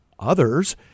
others